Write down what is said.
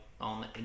on